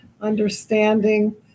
understanding